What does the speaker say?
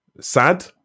sad